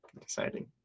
exciting